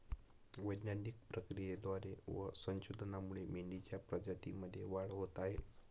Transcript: वैज्ञानिक प्रक्रियेद्वारे व संशोधनामुळे मेंढीच्या प्रजातीमध्ये वाढ होत आहे